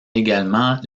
également